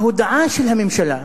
ההודעה של הממשלה,